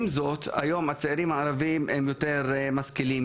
עם זאת היום הצעירים הערביים הם יותר משכילים,